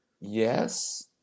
Yes